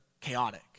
Chaotic